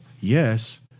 yes